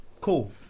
Cool